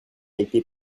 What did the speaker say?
été